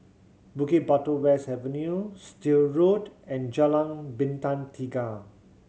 Bukit Batok West Avenue Still Road and Jalan Bintang Tiga